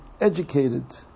educated